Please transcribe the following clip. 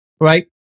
right